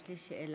יש לי שאלה.